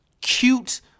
cute